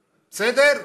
בסדר?